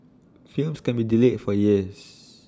films can be delayed for years